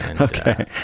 Okay